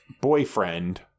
boyfriend